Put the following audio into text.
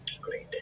Great